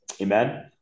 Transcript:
Amen